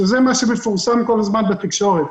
שזה מה שמפורסם כל הזמן בתקשורת.